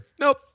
Nope